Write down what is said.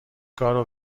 کارو